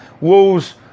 Wolves